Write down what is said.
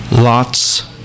Lot's